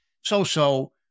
so-so